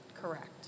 Correct